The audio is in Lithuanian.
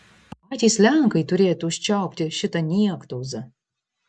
patys lenkai turėtų užčiaupti šitą niektauzą